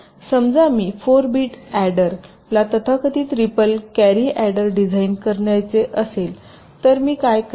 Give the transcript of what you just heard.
समजा मी 4 bit adder ला तथाकथित रिपल कॅरी अॅडर डिझाइन करायचे असेल तर मी काय करावे